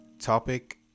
topic